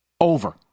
Over